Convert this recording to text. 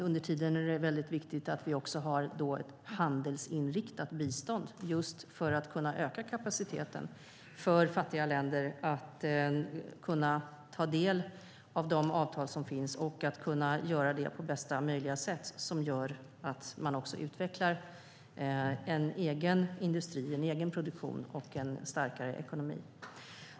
Under tiden är det väldigt viktigt att vi också har ett handelsinriktat bistånd för att kunna öka kapaciteten för fattiga länder att ta del av de avtal som finns på bästa möjliga sätt, så att de även utvecklar egen industri och produktion och en starkare ekonomi.